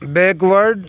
backward